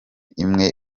imwe